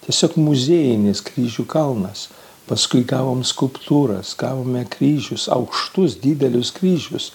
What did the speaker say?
tiesiog muziejinis kryžių kalnas paskui gavom skulptūras gavome kryžius aukštus didelius kryžius